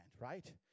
right